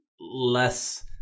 less